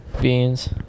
beans